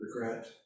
regret